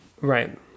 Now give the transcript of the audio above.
right